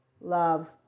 love